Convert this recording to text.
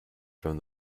from